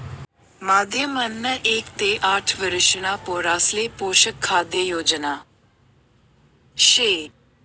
माध्यम अन्न एक ते आठ वरिषणा पोरासले पोषक खाद्य योजना शे